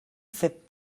fet